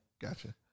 Gotcha